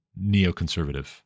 neoconservative